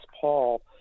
Paul